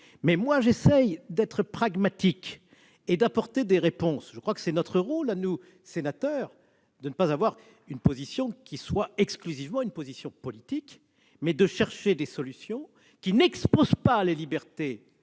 ma part, j'essaie d'être pragmatique et d'apporter des réponses. C'est notre rôle à nous, sénateurs, non pas d'adopter une position qui soit exclusivement politique, mais de chercher des solutions qui n'exposent pas les libertés